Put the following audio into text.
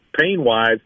Pain-wise